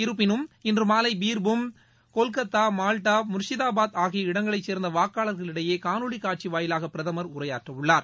இருப்பினும் இன்று மாலை பீர்பூம் கொல்கத்தா மால்டா முர்ஷிதாபாத் ஆகிய இடங்களைச் சேர்ந்த வாக்காளர்கள் இடையே காணொலி காட்சி வாயிலாக பிரதமர் உரையாற்றவுள்ளார்